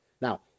now